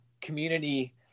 community